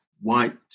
white